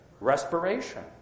respiration